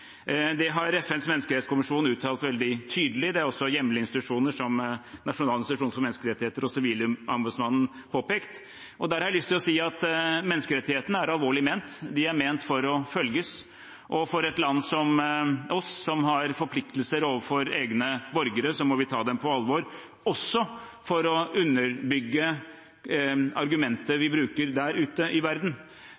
Det har FNs menneskerettskommisjon uttalt veldig tydelig, og det har også hjemlige institusjoner, som Norges nasjonale institusjon for menneskerettigheter og Sivilombudsmannen, påpekt. Da har jeg lyst til å si at menneskerettighetene er alvorlig ment. De er ment for å følges. Og et land som vårt, som har forpliktelser overfor egne borgere, må ta dem på alvor – også for å underbygge argumenter